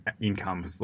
income